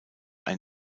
ein